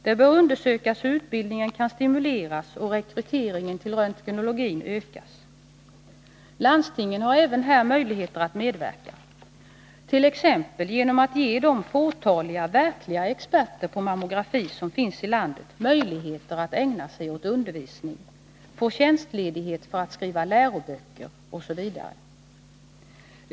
Det bör undersökas hur utbildningen kan stimuleras och rekryteringen till röntgeno login ökas. Även här kan landstingen medverka, t.ex. genom att ge de fåtaliga verkliga experter på mammografi som finns i landet möjligheter att ägna sig åt undervisning, få tjänstledighet för att skriva läroböcker osv.